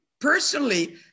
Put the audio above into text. personally